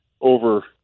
over –